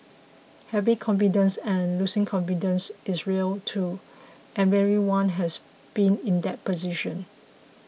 having confidence and losing confidence is real too and everyone has been in that position